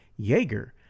yeager